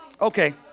Okay